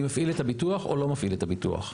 מפעיל את הביטוח או לא מפעיל את הביטוח.